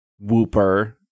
whooper